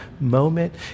moment